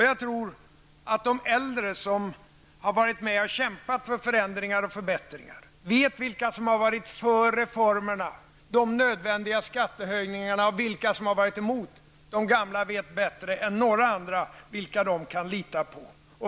Jag tror att de äldre som har varit med och kämpat för förändringar och förbättringar vet vilka som har varit för reformerna, de nödvändiga skattehöjningarna, och vilka som har varit emot. De gamla vet bättre än någon annan vilka de kan lita på.